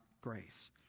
grace